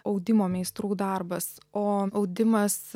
audimo meistrų darbas o audimas